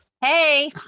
Hey